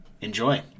Enjoy